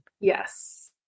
yes